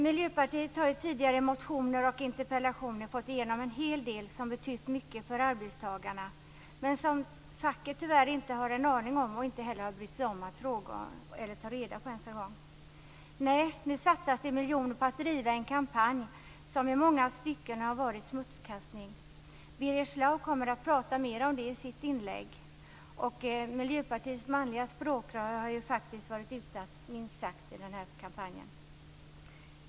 Miljöpartiet har genom tidigare motioner och interpellationer fått igenom en hel del som betytt mycket för arbetstagarna men som facket, tyvärr, inte har en aning om och inte heller har brytt sig om att fråga om eller ens ta reda på. Nej, nu satsas det miljoner på att driva en kampanj som i många stycken har varit smutskastning. Birger Schlaug kommer att prata mer om det i sitt inlägg. Miljöpartiets manliga språkrör har minst sagt varit utsatt i den här kampanjen.